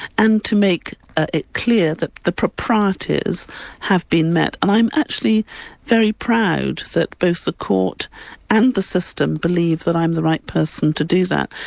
and to make it clear that the proprieties have been met. and i'm actually very proud that both the court and the system believe that i'm the right person to do that.